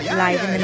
live